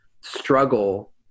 struggle